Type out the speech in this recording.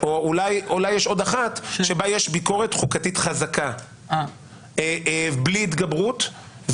ואולי יש עוד אחת - בה יש ביקורת חוקתית חזקה בלי התגברות.